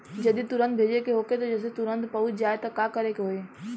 जदि तुरन्त भेजे के होखे जैसे तुरंत पहुँच जाए त का करे के होई?